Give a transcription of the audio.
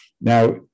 Now